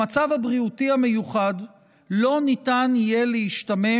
במצב הבריאותי המיוחד לא ניתן יהיה להשתמש